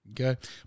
okay